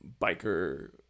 biker